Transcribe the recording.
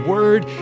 Word